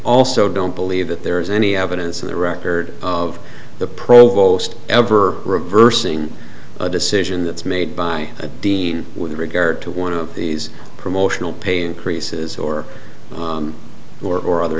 also don't believe that there is any evidence in the record of the provost ever reversing a decision that's made by a dean with regard to one of these promotional pay increases or or or other